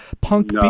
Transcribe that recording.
punk